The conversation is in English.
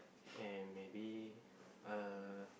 and maybe uh